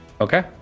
Okay